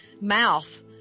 mouth